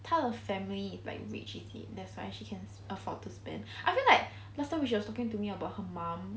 他的 family like rich is it that's why she can afford to spend I feel like last time we she was talking to me about her mum